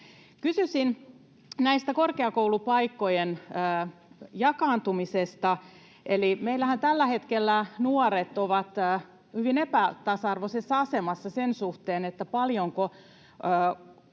Kysyisin korkeakoulupaikkojen jakaantumisesta. Meillähän tällä hetkellä nuoret ovat hyvin epätasa-arvoisessa asemassa sen suhteen, paljonko